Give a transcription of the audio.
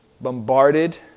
bombarded